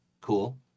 Cool